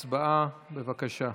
הצבעה, בבקשה.